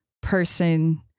person